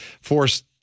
forced